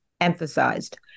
emphasized